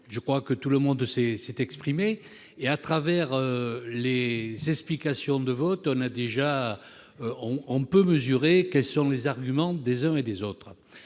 je crois que tout le monde sait s'est exprimé et à travers les explications de vote, on a déjà, on peut mesurer quels sont les arguments des uns et des autres,